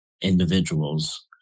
individuals